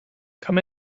come